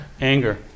Anger